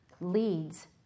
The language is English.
leads